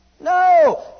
No